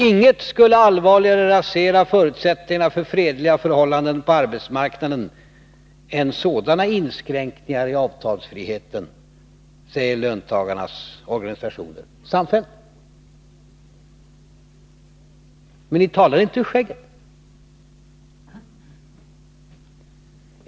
”Inget skulle allvarligare rasera förutsättningarna för fredliga förhållanden på arbetsmarknaden än sådana inskränkningar i avtalsfriheten”, säger löntagarnas organisationer samfällt. Men ni talar inte ur skägget.